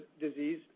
disease